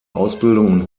ausbildung